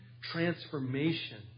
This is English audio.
transformation